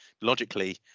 logically